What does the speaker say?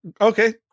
okay